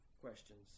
questions